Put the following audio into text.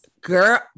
Girl